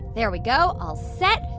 there we go. all set.